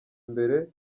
imbere